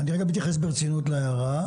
אני מתייחס ברצינות להערה,